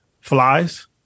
flies